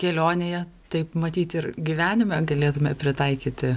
kelionėje taip matyt ir gyvenime galėtume pritaikyti